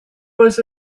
was